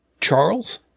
Charles